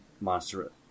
monster